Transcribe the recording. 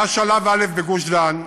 היה שלב א' בגוש-דן,